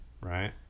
Right